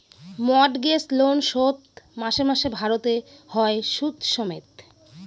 mortgage loan শোধ মাসে মাসে ভারতে হয় সুদ সমেত